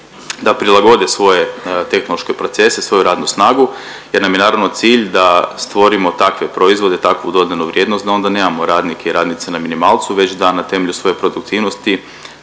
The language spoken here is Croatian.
da prilagode svoje tehnološke procese, svoju radnu snagu jer nam je naravno, cilj da stvorimo takve proizvode, takvu dodatnu vrijednost da onda nemamo radnike i radnice na minimalcu, već da na temelju svoje produktivnosti,